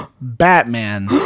Batman